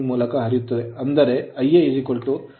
ಅಂದರೆ Ia If Id